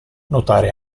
notare